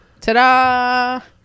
Ta-da